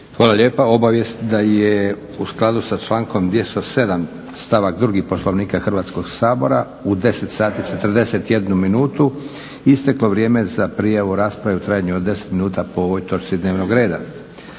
Hvala lijepa. Obavijest da je u skladu sa člankom 207. stavak 2. Poslovnika Hrvatskog sabora u 10,41 sati isteklo vrijeme za prijavu rasprave u trajanju od 10 minuta po ovoj točci dnevnog reda.